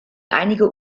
einige